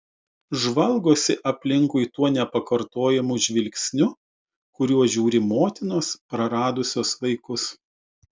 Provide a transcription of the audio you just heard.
žvalgosi aplinkui tuo nepakartojamu žvilgsniu kuriuo žiūri motinos praradusios vaikus